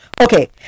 okay